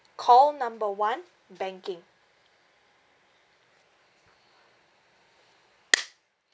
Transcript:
call number one banking